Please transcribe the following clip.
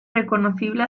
reconocible